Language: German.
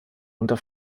unter